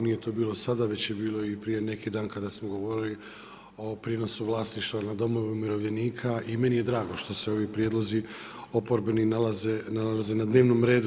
Nije to bilo sada, već je bilo i prije neki dan kada smo govorili o prijenosu vlasništva nad domovima umirovljenika i meni je drago što se ovi prijedlozi oporbeni nalaze na dnevnom redu.